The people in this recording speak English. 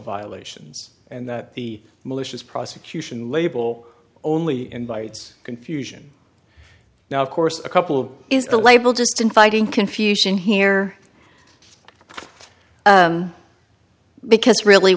violations and that the malicious prosecution label only invites confusion now of course a couple is a label just in fighting confusion here because really